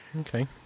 okay